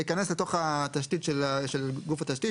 להיכנס לתוך התשתית של גוף התשתית,